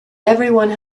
everyone